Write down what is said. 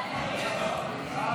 כעת.